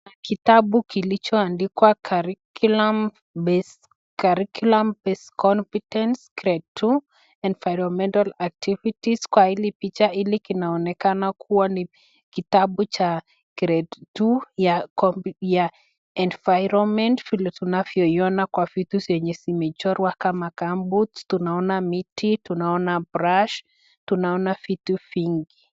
Kitabu Kilichoandikwa (cs) Curriculum Based Curriculum Based Confidence Grade 2 Environmental Activities (cs) kwa hili picha ili kinaonekana kuwa kitabu cha grade 2 ya (cs) environment(cs) vile tunavyoiona kwa vitu zenye zimechorwa kama (cs) gumboot (cs), tunaona miti, tunaona (cs) brush (cs), tunaona vitu vingi.